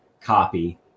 copy